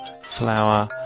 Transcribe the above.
flower